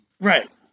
Right